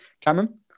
Cameron